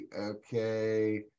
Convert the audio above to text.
okay